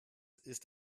ist